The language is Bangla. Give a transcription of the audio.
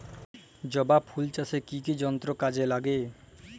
জবা ফুল চাষে কি কি যন্ত্র কাজে লাগে?